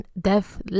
death